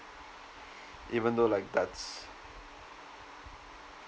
even though like that's